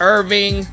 Irving